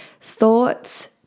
Thoughts